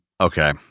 okay